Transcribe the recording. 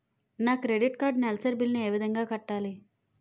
నా credit card నెలసరి bill ని ఏ విధంగా కట్టాలి?